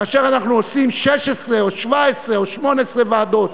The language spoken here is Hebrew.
כאשר אנחנו עושים 16 או 17 או 18 ועדות,